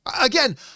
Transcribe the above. Again